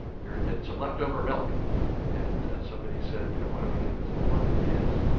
there had been some leftover milk and somebody said, you know why don't we give it to poor kids?